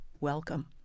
welcome